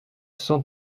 cent